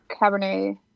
Cabernet